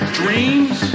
dreams